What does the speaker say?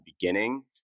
beginning